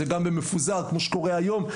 וגם במפוזר כמו שקורה היום.